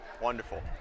Wonderful